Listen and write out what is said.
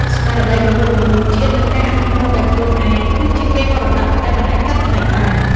ស្មារតីបង្រួបបង្រួមជាតិ និងការអភិវឌ្ឍដោយខ្លួនឯង គឺជាកេរមរតកដែលមិនអាចកាត់ថ្លៃបាន។